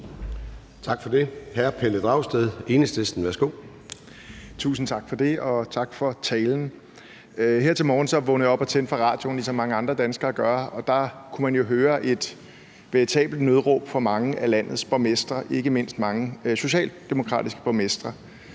Værsgo. Kl. 09:28 Pelle Dragsted (EL): Tusind tak for det, og tak for talen. Her til morgen vågnede jeg op og tændte for radioen, ligesom mange andre danskere gør, og der kunne man jo høre et veritabelt nødråb fra mange af landets borgmestre, ikke mindst mange socialdemokratiske borgmestre.